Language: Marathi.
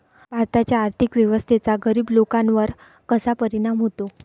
भारताच्या आर्थिक व्यवस्थेचा गरीब लोकांवर कसा परिणाम होतो?